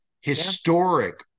historic